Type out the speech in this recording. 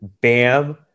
Bam